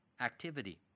activity